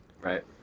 Right